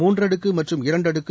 மூன்றடுக்கு மற்றும் இரண்டடுக்கு